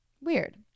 Weird